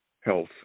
Health